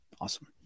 Awesome